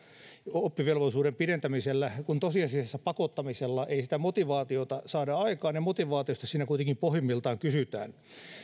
oppivelvollisuuden pidentämisellä kun tosiasiassa pakottamisella ei sitä motivaatiota saada aikaan ja motivaatiota siinä kuitenkin pohjimmiltaan kysytään